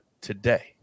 today